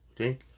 Okay